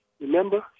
Remember